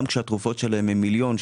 גם כשהתרופות שלהם הם מיליון,